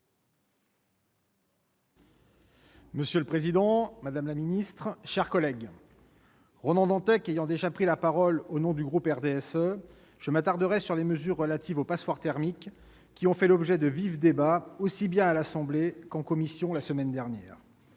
Monsieur le président, madame la secrétaire d'État, mes chers collègues, Ronan Dantec ayant déjà pris la parole au nom du groupe du RDSE, je m'attarderai sur les mesures relatives aux passoires thermiques, qui ont fait l'objet de vifs débats aussi bien à l'Assemblée nationale qu'en commission du Sénat, la semaine dernière.